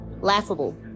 laughable